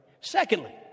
Secondly